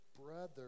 brother